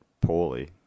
poorly